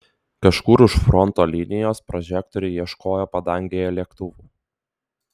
kažkur už fronto linijos prožektoriai ieškojo padangėje lėktuvų